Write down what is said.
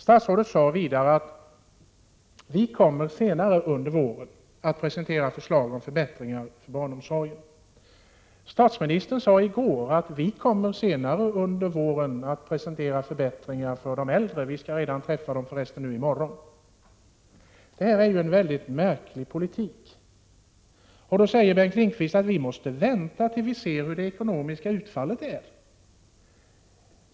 Statsrådet sade vidare att regeringen senare under våren kommer att presentera förslag till förbättringar av barnomsorgen. Statsministern sade i går att regeringen senare under våren kommer att presentera förslag till förbättringar för de äldre — vi skall förresten träffa deras representanter redan i morgon. Detta är en märklig politik. Bengt Lindqvist säger: Vi måste vänta tills vi ser det ekonomiska utfallet.